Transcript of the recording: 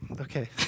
okay